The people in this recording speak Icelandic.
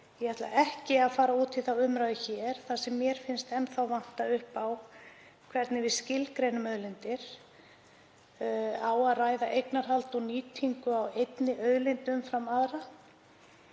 Ég ætla ekki að fara út í þá umræðu hér þar sem mér finnst enn þá vanta upp á hvernig við skilgreinum auðlindir. Á að ræða eignarhald og nýtingu á einni auðlind umfram aðra?